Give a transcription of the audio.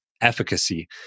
efficacy